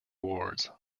awards